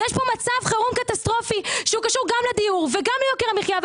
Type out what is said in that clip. יש פה מצב חירום קטסטרופלי שקשור גם לדיור וגם ליוקר המחיה.